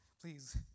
please